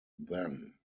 then